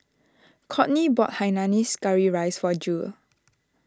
Kourtney bought Hainanese Curry Rice for Jule